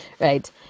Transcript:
Right